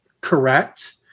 correct